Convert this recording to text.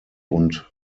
und